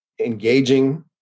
engaging